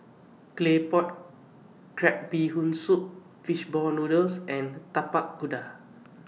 Claypot Crab Bee Hoon Soup Fish Ball Noodles and Tapak Kuda